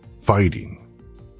fighting